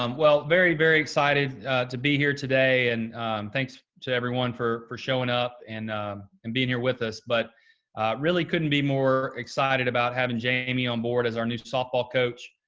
um well, very, very excited to be here today, and thanks to everyone for for showing up and and being here with us. but really couldn't be more excited about having jamie on board as our new softball coach.